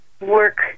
work